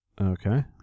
Okay